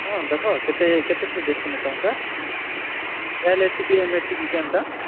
ହଁ ଦେଖ କେତେ କେତେ ସାଇଜ୍ ନ ଆସିନ ତମ୍କା କେନ୍ତା